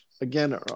again